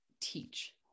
teach